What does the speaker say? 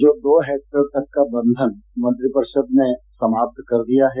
जो दो हेक्टेयर तक का बंधन मंत्रिपरिषद में समाप्त कर दिया है